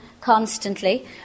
constantly